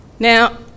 Now